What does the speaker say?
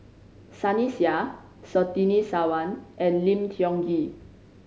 Sunny Sia Surtini Sarwan and Lim Tiong Ghee